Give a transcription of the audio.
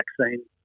vaccine